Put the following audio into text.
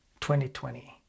2020